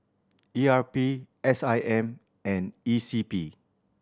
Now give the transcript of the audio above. E R P S I M and E C P